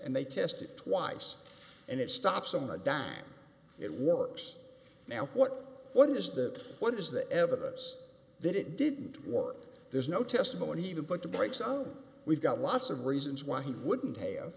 and they test it twice and it stops them a dime it works now what what is the what is the evidence that it didn't work there's no testimony even put the brakes on we've got lots of reasons why he wouldn't have